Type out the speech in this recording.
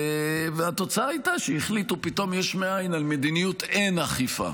והתוצאה הייתה שהחליטו פתאום יש מאין על מדיניות אין אכיפה,